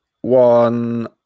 one